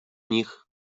nich